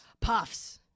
Puffs